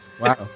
Wow